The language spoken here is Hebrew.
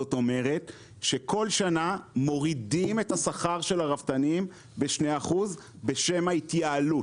זאת אומרת שכל שנה מורידים את השכר של הרפתנים ב-2% לשם ההתייעלות.